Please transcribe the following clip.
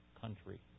country